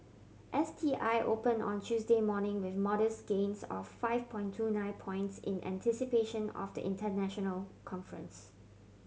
S T I open on Tuesday morning with modest gains of five point two nine points in anticipation of the international conference